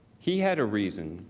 he had a reason